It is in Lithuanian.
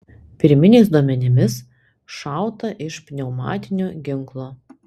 pirminiais duomenimis šauta iš pneumatinio ginklo